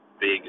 big